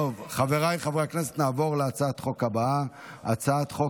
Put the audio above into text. חבריי חברי הכנסת, נעבור להצבעה על הצעת חוק